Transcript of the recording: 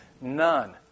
None